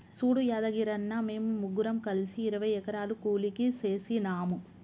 సూడు యాదగిరన్న, మేము ముగ్గురం కలిసి ఇరవై ఎకరాలు కూలికి సేసినాము